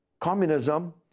communism